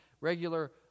regular